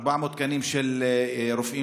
400 תקנים של רופאים,